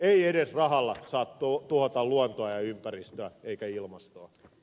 ei edes rahalla saa tuhota luontoa ja ympäristöä eikä ilmastoa